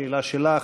השאלה שלך,